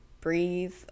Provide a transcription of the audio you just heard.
breathe